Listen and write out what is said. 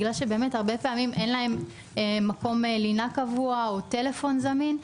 בגלל שהרבה פעמים אין להם מקום לינה קבוע או טלפון זמין.